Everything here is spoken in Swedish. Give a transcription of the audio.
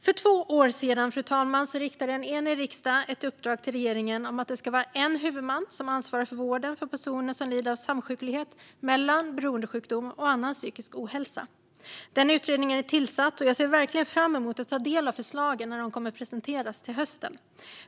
För två år sedan, fru talman, riktade en enig riksdag ett uppdrag till regeringen om att det ska vara en enda huvudman som ansvarar för vården för personer som lider av samsjuklighet mellan beroendesjukdom och annan psykisk ohälsa. Den utredningen är tillsatt, och jag ser verkligen fram emot att ta del av förslagen när de kommer att presenteras till hösten.